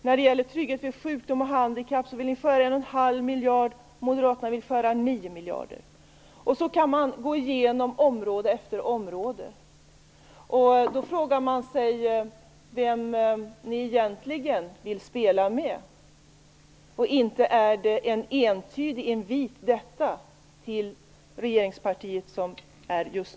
När det gäller trygghet vid sjukdom och handikapp vill ni skära en och en halv miljard, och Moderaterna vill skära nio miljarder. Så kan man gå igenom område efter område. Man frågar sig vem ni egentligen vill spela med. Inte är det en entydig invit till regeringspartiet.